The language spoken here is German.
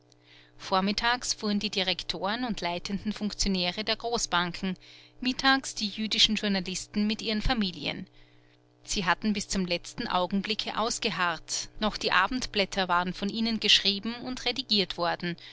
vormittags fuhren die direktoren und leitenden funktionäre der großbanken mittags die jüdischen journalisten mit ihren familien sie hatten bis zum letzten augenblicke ausgeharrt noch die abendblätter waren von ihnen geschrieben und redigiert worden